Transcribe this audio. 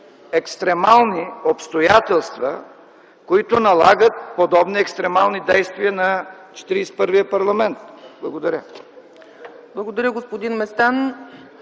екстремални обстоятелства, които налагат подобни екстремални действия на четиридесет и първия парламент. Благодаря.